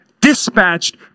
dispatched